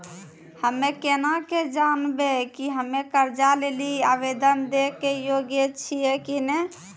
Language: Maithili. हम्मे केना के जानबै कि हम्मे कर्जा लै लेली आवेदन दै के योग्य छियै कि नै?